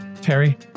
Terry